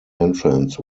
entrance